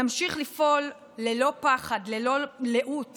נמשיך לפעול ללא פחד וללא לאות